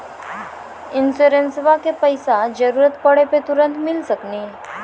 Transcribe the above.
इंश्योरेंसबा के पैसा जरूरत पड़े पे तुरंत मिल सकनी?